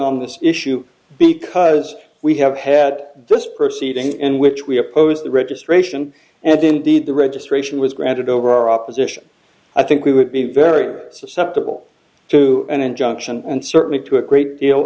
on this issue because we have had this proceeding in which we oppose the registration and indeed the registration was granted over our opposition i think we would be very susceptible to an injunction and certainly to a great deal